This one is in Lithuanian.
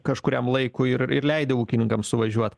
kažkuriam laikui ir ir leidę ūkininkams suvažiuot